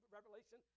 Revelation